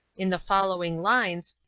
in the following lines,